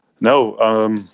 No